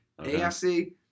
AFC